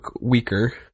weaker